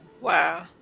Wow